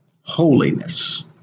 Holiness